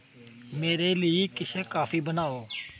मेरे लेई किश काफी बनाओ